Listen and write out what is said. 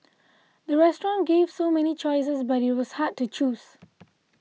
the restaurant gave so many choices but it was hard to choose